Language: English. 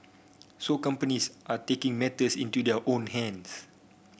so companies are taking matters into their own hands